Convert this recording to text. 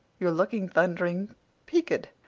you're looking thundering peek-ed.